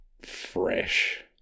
fresh